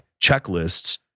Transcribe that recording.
checklists